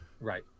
Right